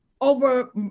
over